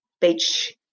beach